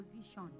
position